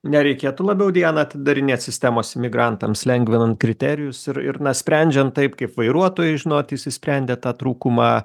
nereikėtų labiau diana atidarinėt sistemos imigrantams lengvinant kriterijus ir ir na sprendžiant taip kaip vairuotojai žinot išsisprendė tą trūkumą